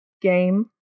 game